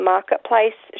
Marketplace